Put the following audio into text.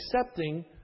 accepting